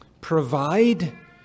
provide